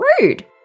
Rude